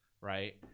Right